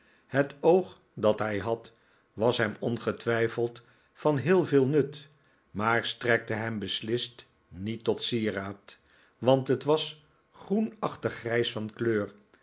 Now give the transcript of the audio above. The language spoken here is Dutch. het oog dat hij had was hem ongetwijfeld van heel veel nut maar strekte hem beslist niet tot sieraad want het was groenachtig grijs van kleur